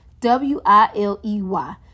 W-I-L-E-Y